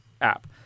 app